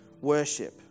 worship